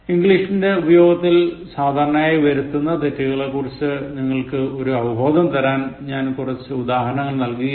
ഇംഗ്ലീഷിന്റെ ഉപയോഗത്തിൽ സാദാരണയായി വരുത്തുന്ന തെറ്റുകളെക്കുറിച്ച് നിങ്ങൾക്ക് ഒരു അവബോധം തരാൻ ഞാൻ കുറച്ച് ഉദാഹരങ്ങൾ നൽകുകയായിരുന്നു